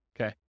Okay